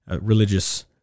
religious